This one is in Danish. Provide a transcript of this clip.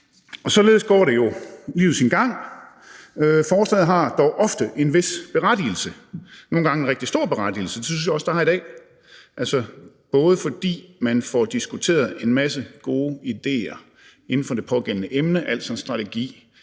Således går livet jo sin gang. Forslagene har dog ofte en vis berettigelse, nogle gange en rigtig stor berettigelse. Det synes jeg også det har i dag, dels fordi man får diskuteret en masse gode idéer inden for det pågældende emne, altså en strategi